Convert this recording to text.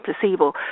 placebo